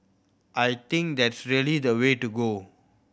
I think that's really the way to go